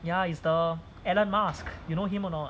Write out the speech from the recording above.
ya is the elon musk you know him or not